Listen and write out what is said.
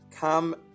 Come